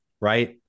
right